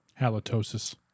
Halitosis